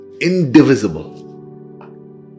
Indivisible